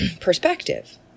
perspective